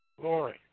Glory